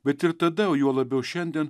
bet ir tada o juo labiau šiandien